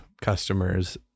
customers